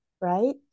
right